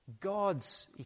God's